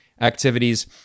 activities